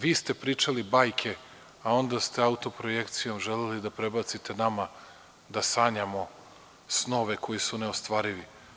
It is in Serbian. Vi ste pričali bajke, a onda ste autoprojekcijom želeli da prebacite nama da sanjamo snove koji su neostvarivi.